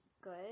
good